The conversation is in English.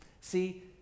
See